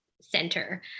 center